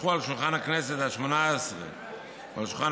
הונחו על שולחן הכנסת השמונה עשרה ועל שולחן